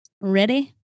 ready